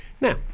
Now